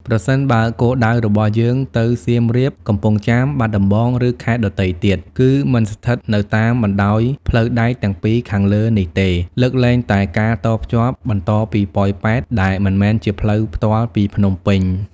ប្រសិនបើគោលដៅរបស់យើងទៅ សៀមរាប កំពង់ចាម បាត់ដំបង ឬខេត្តដទៃទៀត គឺមិនស្ថិតនៅតាមបណ្ដោយផ្លូវដែកទាំងពីរខាងលើនេះទេ លើកលែងតែការតភ្ជាប់បន្តពីប៉ោយប៉ែត ដែលមិនមែនជាផ្លូវផ្ទាល់ពីភ្នំពេញ។